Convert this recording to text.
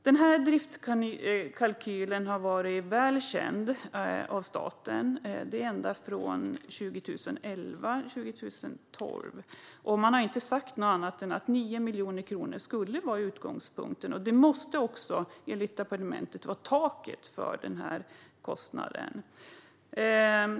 Denna driftskalkyl har varit väl känd av staten ända sedan 2011-2012, och man har inte sagt något annat än att 9 miljoner kronor skulle vara utgångspunkten. Det måste också, enligt departementet, vara taket för driftskostnaden.